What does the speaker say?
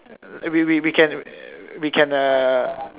we we we can we can err